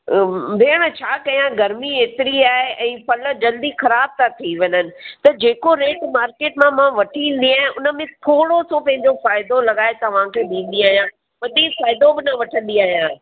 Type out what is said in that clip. भेण छा कयां गर्मी एतिरी आहे ऐं फल जल्दी ख़राबु था थी वञनि त जेको रेट मार्केट मां वठी ईंदी आहियां उन में थोरो सो पंहिंजो फ़ाइदो लॻाए तव्हांखे ॾींदी आहियां वधीक फ़ाइदो बि न वठंदी आहियां